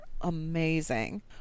amazing